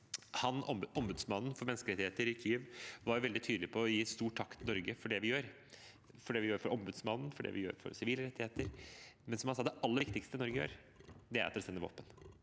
Ombudsmannen for menneskerettigheter i Kyiv var veldig tydelig på å gi stor takk til Norge for det vi gjør, for det vi gjør for ombudsmannen, for det vi gjør for sivile rettigheter, men som han sa: Det aller viktigste Norge gjør, er at dere sender våpen.